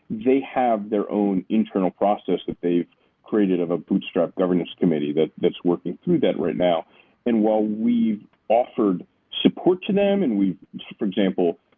they have their own internal process that they've created of a bootstrap governance committee that that's working through that right. and while we've offered support to them and we've for example,